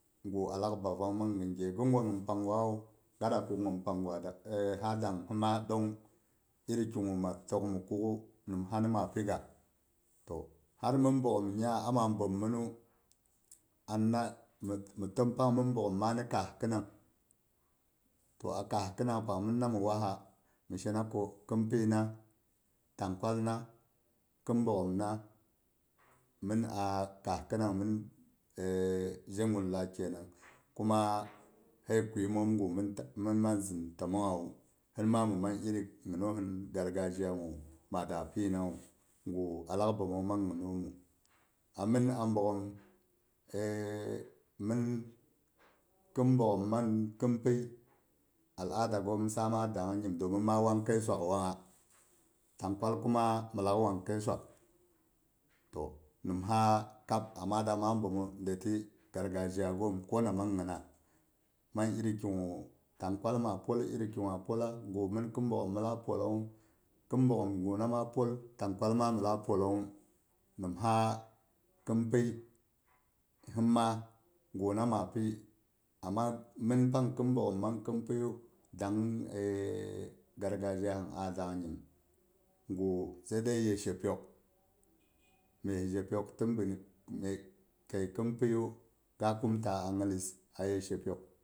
Gu alak babbang man gin gyewu ginn gwa gin panggwawu, gada kuk gin panggwa da ha dang dongng kigu mi tək mi kuk'w nimsa ni ma piga. To hal mɨn bogghom nyingnya a maa bəom mɨnnu, anna mi təm pang mɨn bogghom maa ni kaas khɨnang. To a kaas khinang pang mɨnna mi waha, mi shena ko khin- pyina, tangkwalna, khin bogghona mɨn a kaa's kɨnang mɨn zhegulla kenang, kuma sai kwiiemoom gu mɨn man zɨn təmongngwu, sɨn ma mɨn man iri ginohim gargazhiya ga maa daa pyinawu, ga alak bəomong man ginoomu. A mɨn a bogghom min khi bogghom man khin pyi al'ada goom in saama dang nyim domin ma wang kəi swak wangnga. Tangkwal kuma min lak wang kaii swak. To nimha kab amma damaa bəomu nde ti gargazhiyagoom, kona man ginas, man iri kigu tangkwal ma pol iri kigwa pola, ga min khin bagghom mɨn lak pollungngu khin bogghom gana ma pol tangkwal ma min lak pollongngu, nimha khin pyi hi ma guna, maa pi aama mɨn pang khin boggom man khin pyiyu. dang gargazhiya pang a dang nyima. gu sai dai ye shepyok. myes zhepyok tɨ binn kəii khin pyiyu ga kumta a nyilis